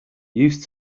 used